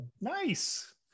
Nice